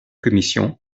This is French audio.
commission